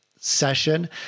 session